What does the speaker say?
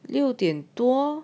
六点多